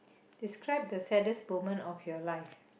describe the saddest moment of your life